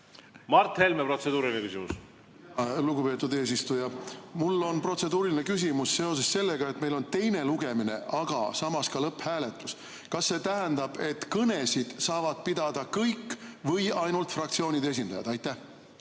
Mart Helme, protseduuriline küsimus. Lugupeetud eesistuja! Mul on protseduuriline küsimus seoses sellega, et meil on teine lugemine, aga samas ka lõpphääletus. Kas see tähendab, et kõnesid saavad pidada kõik või ainult fraktsioonide esindajad? Aitäh!